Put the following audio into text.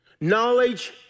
Knowledge